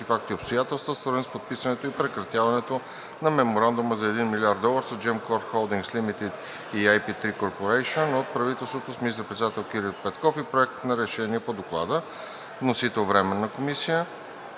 факти и обстоятелства, свързани с подписването и прекратяването на меморандума за 1 млрд. долара с Gemcorp Holdings Limited и IP3 Corporation от правителството с министър-председател Кирил Петков, и Проект на решение по доклада. Вносител е Временната комисия